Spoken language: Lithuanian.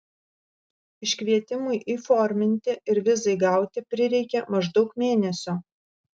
iškvietimui įforminti ir vizai gauti prireikė maždaug mėnesio